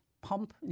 pump